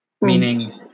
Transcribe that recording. meaning